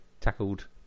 tackled